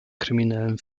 kriminellen